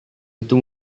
itu